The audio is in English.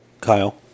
Kyle